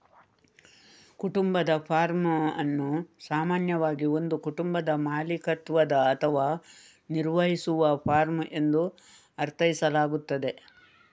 ಕುಟುಂಬದ ಫಾರ್ಮ್ ಅನ್ನು ಸಾಮಾನ್ಯವಾಗಿ ಒಂದು ಕುಟುಂಬದ ಮಾಲೀಕತ್ವದ ಅಥವಾ ನಿರ್ವಹಿಸುವ ಫಾರ್ಮ್ ಎಂದು ಅರ್ಥೈಸಲಾಗುತ್ತದೆ